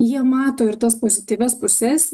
jie mato ir tas pozityvias puses